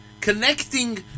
connecting